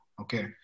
Okay